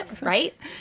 Right